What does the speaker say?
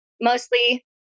mostly